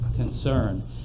concern